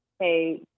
hey